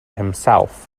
himself